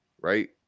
right